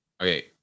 Okay